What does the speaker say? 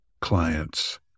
clients